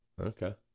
Okay